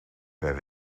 per